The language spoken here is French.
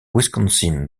wisconsin